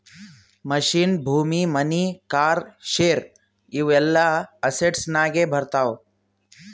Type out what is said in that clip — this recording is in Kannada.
ಮಷಿನ್, ಭೂಮಿ, ಮನಿ, ಕಾರ್, ಶೇರ್ ಇವು ಎಲ್ಲಾ ಅಸೆಟ್ಸನಾಗೆ ಬರ್ತಾವ